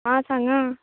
आं सांगा